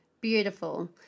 beautiful